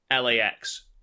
LAX